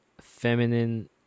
feminine